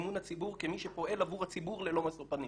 אמון הציבור כמי שפועל עבור הציבור ללא משוא פנים.